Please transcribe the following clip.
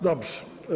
Dobrze.